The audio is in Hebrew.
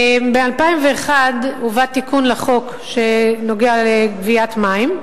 ב-2001 הובא תיקון לחוק שנוגע לגביית מים,